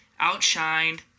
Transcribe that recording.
Outshined